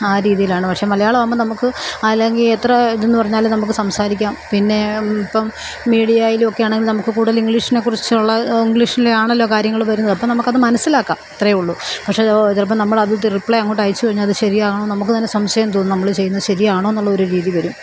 ആ രീതിയിലാണ് പക്ഷെ മലയാളമാവുമ്പോള് നമ്മള്ക്ക് അല്ലെങ്കില് എത്ര ഇതെന്ന് പറഞ്ഞാലും നമുക്ക് സംസാരിക്കാം പിന്നെ ഇപ്പോള് മീഡിയായിലുമൊക്കെ ആണെങ്കിൽ നമുക്ക് കൂടുതൽ ഇംഗ്ലീഷിനെ കുറിച്ചുള്ള ഇംഗ്ലീഷിലാണല്ലോ കാര്യങ്ങള് വരുന്നത് അപ്പോള് നമുക്കത് മനസിലാക്കാം അത്രേയുള്ളു പക്ഷെ ചിലപ്പോള് നമ്മളത് റിപ്ലൈ അങ്ങോട്ട് അയച്ചുകഴിഞ്ഞാല് അത് ശരിയാവണമെന്ന് നമുക്ക് തന്നെ സംശയം തോന്നും നമ്മളിത് ചെയ്യുന്നത് ശരിയാണോ എന്നുള്ളൊരു രീതി വരും